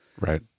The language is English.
right